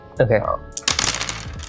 Okay